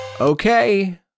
Okay